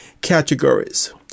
categories